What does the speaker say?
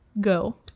Go